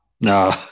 No